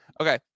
Okay